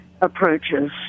approaches